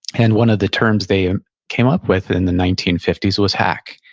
and one of the terms they came up with in the nineteen fifty s was hack,